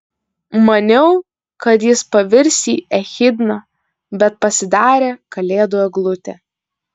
maniau kad jis pavirs į echidną bet pasidarė kalėdų eglutė